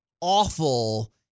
awful